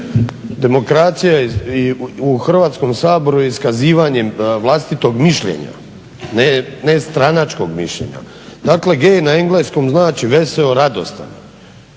Demokracija i u Hrvatskom saboru je iskazivanjem vlastitog mišljenja, ne stranačkog mišljenja. Dakle gay na engleskom znači veseo, radostan.